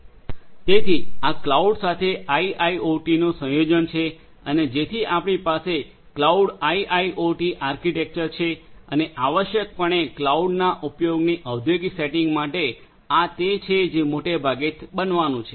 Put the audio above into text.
તેથી આ ક્લાઉડ સાથે આઇઆઇઓટીનું સંયોજન છે અને જેથી આપણી પાસે ક્લાઉડ આઇઆઇઓટી આર્કિટેક્ચર છે અને આવશ્યકપણે ક્લાઉડના ઉપયોગની ઔદ્યોગિક સેટિંગ્સ માટે આ તે છે જે મોટા ભાગે બનવાનું છે